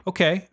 Okay